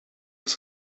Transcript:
with